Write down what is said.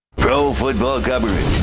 pro football government.